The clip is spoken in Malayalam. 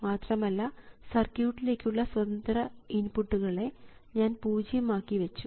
മാത്രമല്ല സർക്യൂട്ട്ലേക്കുള്ള സ്വതന്ത്ര ഇൻപുട്ടുകളെ ഞാൻ പൂജ്യം ആക്കി വെച്ചു